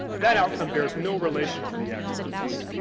that outcome bears no relation to the act's purpose.